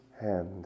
hand